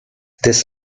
this